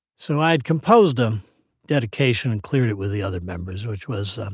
so, i had composed a dedication and cleared it with the other members, which was